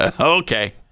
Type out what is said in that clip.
Okay